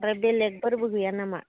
आरो बेलेकफोरबो गैया नामा